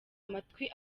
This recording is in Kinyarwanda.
amatwi